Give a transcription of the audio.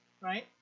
right